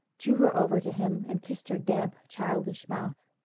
drew her over to him and kissed her damp, childish mouth.